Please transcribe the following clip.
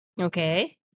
Okay